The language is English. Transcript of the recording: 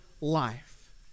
life